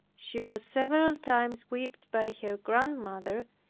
she was several times whipped by her grandmother,